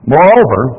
Moreover